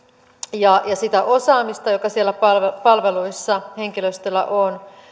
ja sitä osaamista joka siellä palveluissa palveluissa henkilöstöllä on